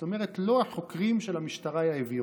זאת אומרת, לא החוקרים של המשטרה העבירו.